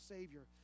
Savior